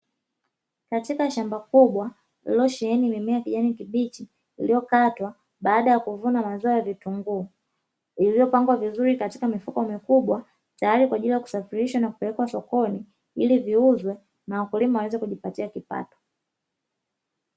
Katika shamba kubwa lililosheheni mimea ya kijani kibichi, iliyokatwa baada ya kuvunwa mazao ya vitunguu, iliyopangwa vizuri katika mifuko mikubwa tayari kwa ajili ya kusafirisha na kupelekwa sokoni ili viuzwe, na wakulima waweze kujipatia kipato.